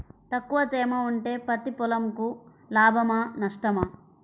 తక్కువ తేమ ఉంటే పత్తి పొలంకు లాభమా? నష్టమా?